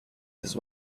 his